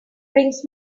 brings